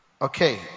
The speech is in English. okay